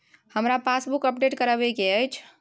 हमरा passbook update करैबे के अएछ?